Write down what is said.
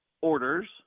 orders